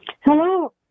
Hello